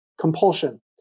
compulsion